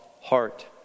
heart